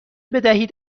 بدهید